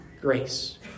grace